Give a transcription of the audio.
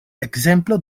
ekzemplo